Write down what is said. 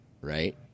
right